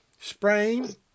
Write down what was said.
Sprain